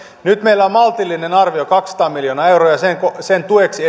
nyt meillä on maltillinen arvio kaksisataa miljoonaa euroa ja sen tueksi